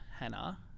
Hannah